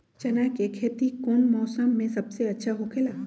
चाना के खेती कौन मौसम में सबसे अच्छा होखेला?